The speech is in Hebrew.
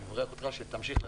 אני מברך אותך שתמשיך להצליח.